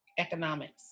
Economics